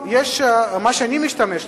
במה שאני משתמש לפחות,